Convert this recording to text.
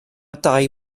dai